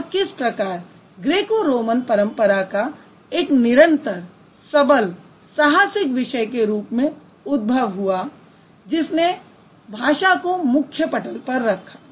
और किस प्रकार ग्रेको रोमन परंपरा का एक निरंतर सबल साहसिक विषय के रूप में उद्दभव हुआ जिसने भाषा को मुख्य पटल पर रखा